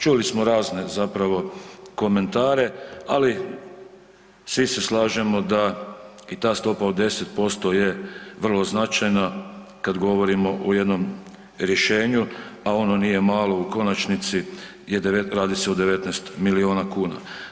Čuli smo razne zapravo komentare, ali svi se slažemo da i ta stopa od 10% je vrlo značajno kad govorimo o jednom rješenju a ono nije malo, u konačnici radi se o 19 milijuna kuna.